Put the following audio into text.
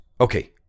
okay